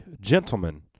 gentlemen